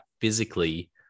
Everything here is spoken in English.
physically